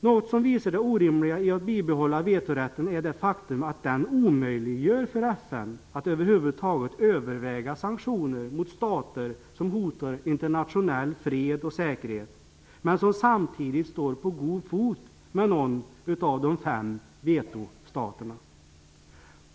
Något som visar det orimliga i att bibehålla vetorätten är det faktum att den omöjliggör för FN att över huvud taget överväga sanktioner mot stater som hotar internationell fred och säkerhet. Dessa stater kan ju samtidigt stå på god fot med någon av de fem vetostaterna.